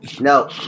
No